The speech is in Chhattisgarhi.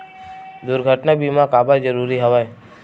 दुर्घटना बीमा काबर जरूरी हवय?